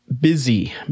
busy